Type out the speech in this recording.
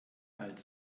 alt